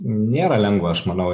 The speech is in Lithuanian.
nėra lengva aš manau